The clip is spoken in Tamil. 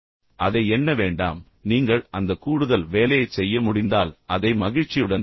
அதை எண்ண வேண்டாம் நீங்கள் அந்த கூடுதல் வேலையைச் செய்ய முடிந்தால் அதை மகிழ்ச்சியுடன் செய்யுங்கள்